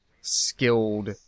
skilled